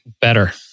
Better